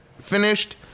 finished